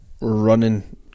running